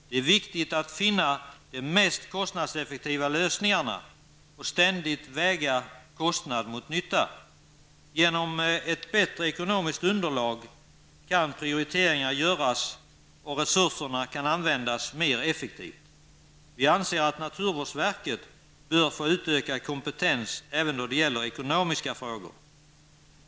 Det är viktigt att finna de mest kostnadseffektiva lösningarna och ständigt väga kostnad mot nytta. Genom ett bättre ekonomiskt underlag kan prioriteringar göras och resurserna kan användas mer effektivt. Vi anser att naturvårdsverket bör få utökad kompetens även då det gäller ekonomiska frågor.